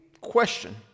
question